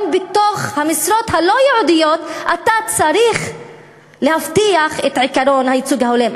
גם בתוך המשרות הלא-ייעודיות אתה צריך להבטיח את עקרון הייצוג ההולם.